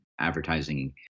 advertising